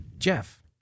Jeff